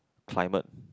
climate